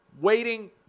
waiting